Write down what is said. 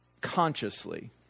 consciously